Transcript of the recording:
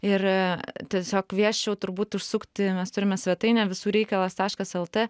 ir tiesiog kviesčiau turbūt užsukti mes turime svetainę visų reikalas taškas elta